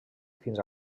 fins